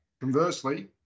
conversely